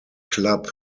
club